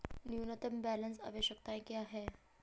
न्यूनतम बैलेंस आवश्यकताएं क्या हैं?